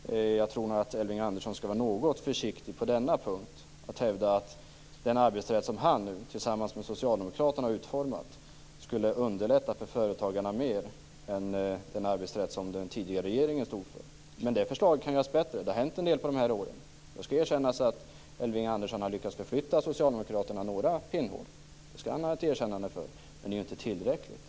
Jag tror att Elving Andersson skall vara litet försiktig på denna punkt när han hävdar att den arbetsrätt som han tillsammans med Socialdemokraterna har utformat skulle underlätta för företagarna mer än den arbetsrätt som den tidigare regeringen stod för. Det förslag som den tidigare regeringen utformade kan göras bättre, eftersom det har hänt en del under dessa år. Jag skall erkänna att Elving Andersson har lyckats förflytta Socialdemokraterna några pinnhål, och det skall han ha ett erkännande för, men det är inte tillräckligt.